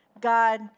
God